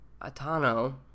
Atano